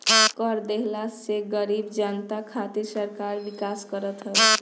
कर देहला से गरीब जनता खातिर सरकार विकास करत हवे